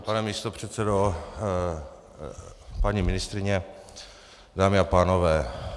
Pane místopředsedo, paní ministryně, dámy a pánové.